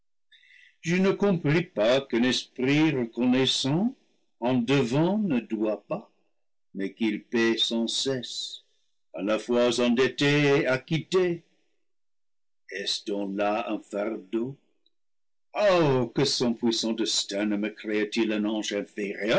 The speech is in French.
je ne compris pas qu'un es prit reconnaissant en devant ne doit pas mais qu'il paye sans cesse à la fois endetté et acquitté etait-ce donc là un fardeau oh que son puissant destin ne me créa t il